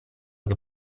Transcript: che